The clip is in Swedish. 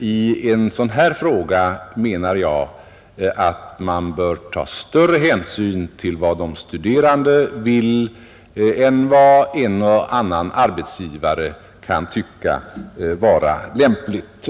I en sådan här fråga menar jag att man bör ta större hänsyn till vad de studerande vill än till vad en och annan arbetsgivare kan tycka är lämpligt.